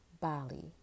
Bali